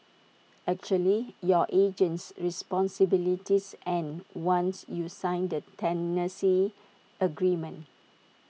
actually your agent's responsibilities end once you sign the tenancy agreement